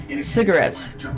Cigarettes